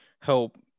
help